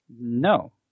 No